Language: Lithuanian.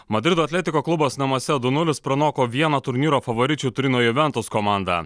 madrido atletiko klubas namuose du nulis pranoko vieną turnyro favoričių turino juventus komandą